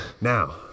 Now